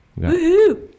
Woohoo